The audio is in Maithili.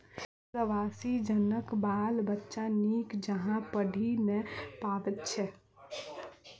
प्रवासी जनक बाल बच्चा नीक जकाँ पढ़ि नै पबैत छै